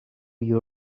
you